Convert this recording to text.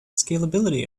scalability